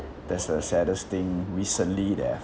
that's the saddest thing recently that I've